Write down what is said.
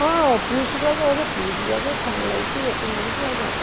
ହଁ push back push back fan ଲାଗିଛି AC ଲାଗିଛି ଆଉ କ'ଣ